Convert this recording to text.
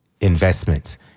investments